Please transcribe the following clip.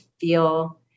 feel